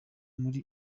muri